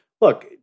look